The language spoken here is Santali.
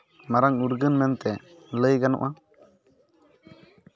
ᱢᱟᱨᱟᱝ ᱩᱨᱜᱟᱹᱱ ᱢᱮᱱᱛᱮ ᱞᱟᱹᱭ ᱜᱟᱱᱚᱜᱼᱟ